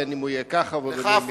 בין שיהיה ככה ובין שיהיה אחרת.